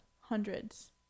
hundreds